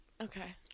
Okay